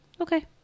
okay